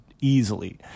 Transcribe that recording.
easily